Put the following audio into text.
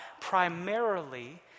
primarily